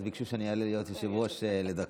אז ביקשו שאני אעלה להיות יושב-ראש לדקה.